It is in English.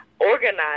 organized